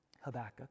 habakkuk